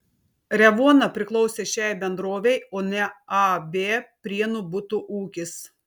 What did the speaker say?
revuona priklausė šiai bendrovei o ne ab prienų butų ūkis